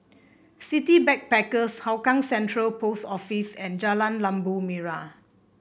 City Backpackers Hougang Central Post Office and Jalan Labu Merah